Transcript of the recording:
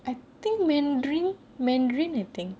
I think mandarin mandarin I think